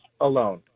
alone